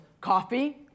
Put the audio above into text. coffee